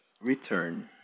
return